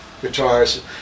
Guitars